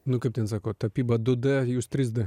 nu kaip ten sako tapyba du d jūs trys d